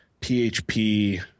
PHP